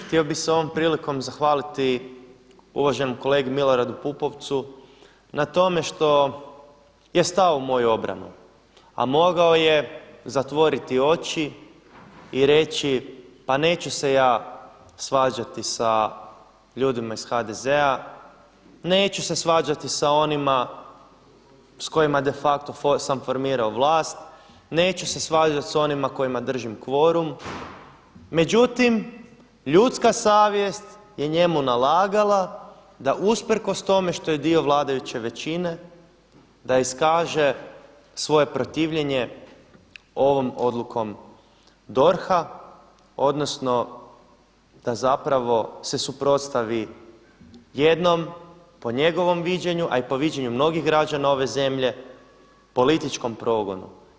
Htio bih se ovom prilikom zahvaliti uvaženom kolegi Miloradu Pupovcu na tome što je stao u moju obranu, a mogao je zatvoriti oči i reći pa neću se ja svađati sa ljudima iz HDZ-a, neću se svađati sa onima s kojima de facto sam formirao vlast, neću se svađati s onima kojima držim kvorum, međutim ljudska savjest je njemu nalagala da usprkos tome što je dio vladajuće većine da iskaže svoje protivljenje ovom odlukom DORH-a odnosno da zapravo se suprotstavi jednom po njegovom viđenju, a i po viđenju mnogih građana ove zemlje, političkom progonu.